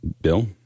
Bill